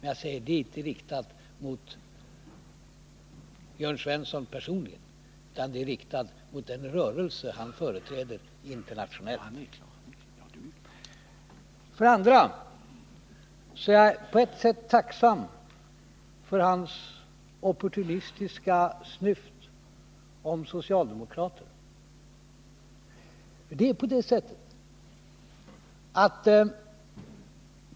Vad jag nu säger är inte riktat mot Jörn Svensson personligen utan mot den rörelse han företräder internationellt. Jag är på ett sätt tacksam för hans opportunistiska snyft om socialdemokrater.